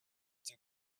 took